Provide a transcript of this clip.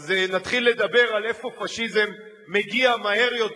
אז נתחיל לדבר על איפה פאשיזם מגיע מהר יותר